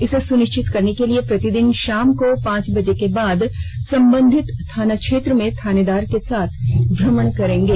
इसे सुनिश्चित करने के लिए प्रतिदिन शाम को पांच बजे के बाद सम्बंधित थाना क्षेत्र में थानेदार के साथ भ्रमण करेंगे